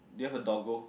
they have a Dogo